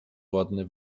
ładne